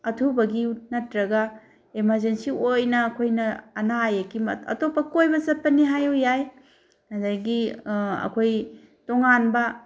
ꯑꯊꯨꯕꯒꯤ ꯅꯠꯇ꯭ꯔꯒ ꯏꯃꯥꯔꯖꯦꯟꯁꯤ ꯑꯣꯏꯅ ꯑꯩꯈꯣꯏꯅ ꯑꯅꯥ ꯑꯌꯦꯛꯀꯤ ꯑꯇꯣꯞꯄ ꯀꯣꯏꯕ ꯆꯠꯄꯅꯤ ꯍꯥꯏꯌꯨ ꯌꯥꯏ ꯑꯗꯒꯤ ꯑꯩꯈꯣꯏ ꯇꯣꯡꯉꯥꯟꯕ